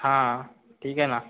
हाँ ठीक है ना